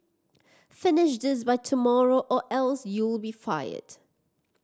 finish this by tomorrow or else you'll be fired